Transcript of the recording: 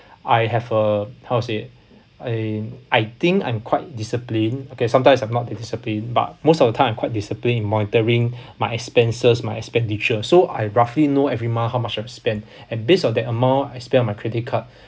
I have a how to say it I I think I'm quite discipline okay sometimes I'm not been discipline but most of the time I'm quite discipline in monitoring my expenses my expenditure so I roughly know every month how much I have spent and based on that amount I spend on my credit card